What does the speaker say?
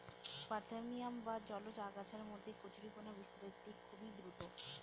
parthenium বা জলজ আগাছার মধ্যে কচুরিপানা বিস্তারের দিক খুবই দ্রূত